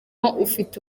ufite